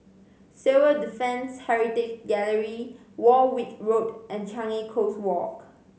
Civil Defence Heritage Gallery Warwick Road and Changi Coast Walk